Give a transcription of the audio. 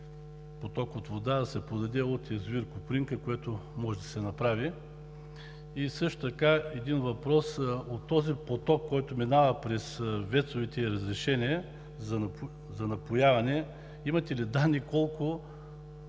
поток от вода от язовир „Копринка“, което може да се направи. Също така и един въпрос: от този поток, който минава през ВЕЦ-овете и разрешения за напояване, имате ли данни колко